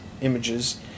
images